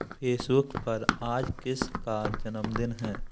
Facebook पर आज किसका जन्मदिन है